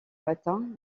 matin